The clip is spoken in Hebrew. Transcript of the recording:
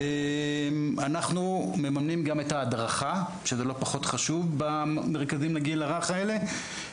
אנחנו מממנים גם את ההדרכה במרכזי הגיל הרך האלה,